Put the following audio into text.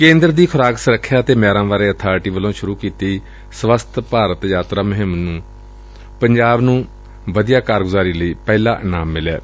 ਕੇਂਦਰ ਦੀ food safety ਅਤੇ ਸਟੈਂਡਰਜ਼ ਅਥਾਰਟੀ ਵੱਲੋਂ ਸ਼ੁਰੂ ਕੀਤੀ ਸੱਵਸਥ ਭਾਰਤ ਯਾਤਰਾ ਮੁਹਿੰਮ ਚ ਪੰਜਾਬ ਨੂੰ ਵਧੀਆ ਕਾਰਗੁਜ਼ਾਰੀ ਲਈ ਪਹਿਲਾ ਇਨਾਮ ਮਿਲਿਐ